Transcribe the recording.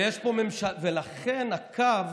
ויש פה ממשלה, ולכן הקו